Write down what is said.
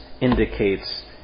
indicates